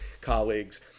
colleagues